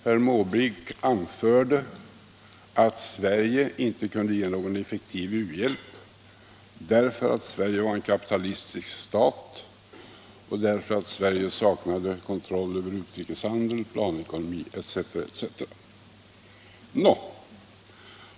Herr Måbrink anförde att Sverige inte kunde ge någon effektiv u-hjälp, därför att Sverige var en kapitalistisk stat och därför att Sverige saknade kontroll över utrikeshandel, planekonomi etc.